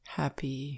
happy